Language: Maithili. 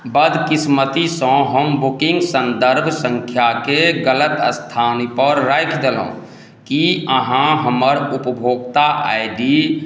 बदकिस्मतीसँ हम बुकिंग सन्दर्भ सङ्ख्याके गलत स्थान पर राखि देलहुॅं की अहाँ हमर उपभोक्ता आइ डी